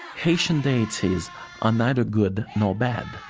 haitian deities are neither good nor bad.